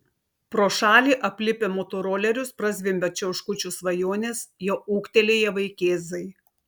pro šalį aplipę motorolerius prazvimbia čiauškučių svajonės jau ūgtelėję vaikėzai